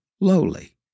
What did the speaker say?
lowly